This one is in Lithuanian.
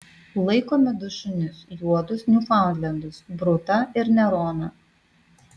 laikome du šunis juodus niufaundlendus brutą ir neroną